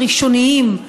הראשוניים,